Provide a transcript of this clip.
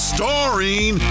Starring